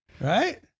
Right